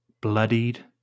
bloodied